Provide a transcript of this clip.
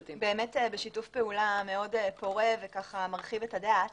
ובשיתוף פעולה מאוד פורה ומרחיב את הדעת